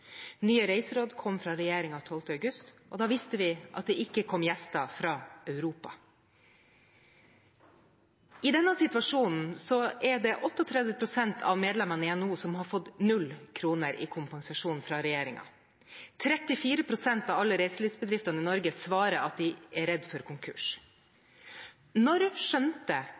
Nye reiseråd kom fra regjeringen 12. august, og da visste de at det ikke kom gjester fra Europa. I denne situasjonen har 38 pst. av NHOs medlemmer fått null kroner i kompensasjon fra regjeringen. 34 pst. av alle reiselivsbedriftene i Norge svarer at de er redd for konkurs. Når skjønte